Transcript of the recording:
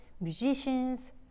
musicians